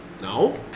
No